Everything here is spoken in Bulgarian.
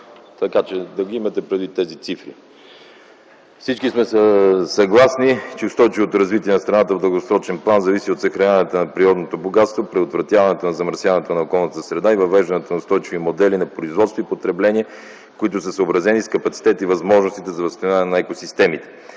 Моля да имате предвид тези числа! Всички сме съгласни, че устойчивото развитие на страната в дългосрочен план зависи от съхраняването на природното богатство, предотвратяването на замърсяването на околната среда и въвеждането на устойчиви модели на производство и потребление, които са съобразени с капацитетите и възможностите за възстановяване на екосистемите.